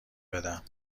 بدم